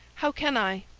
how can i,